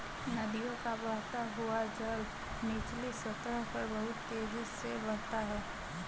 नदियों का बहता हुआ जल निचली सतह पर बहुत तेजी से बहता है